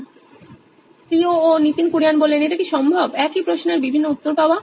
Nitin Kurian C O O নোইন electronics এটা কি সম্ভব একই প্রশ্নের বিভিন্ন উত্তর পাওয়া